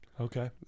Okay